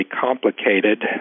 complicated